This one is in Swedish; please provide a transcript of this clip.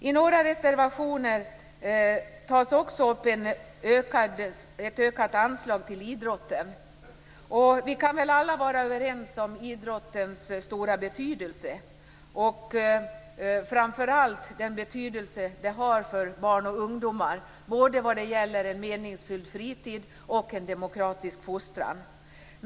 I några reservationer föreslås ett ökat anslag till idrotten. Vi kan väl alla vara överens om idrottens stora betydelse, framför allt för barn och ungdomar både vad gäller en meningsfull fritid och en demokratisk fostran.